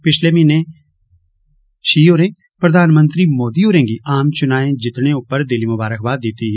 पिच्छले म्हीने शी होरें प्रधानमंत्री मोदी होरे गी आम चुनाएं जितने उप्पर दिली मुबारकबाद दिती ही